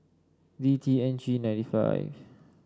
D T N G ninety five